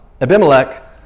abimelech